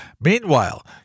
Meanwhile